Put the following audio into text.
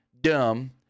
dumb